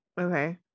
Okay